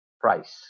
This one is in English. price